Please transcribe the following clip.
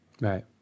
Right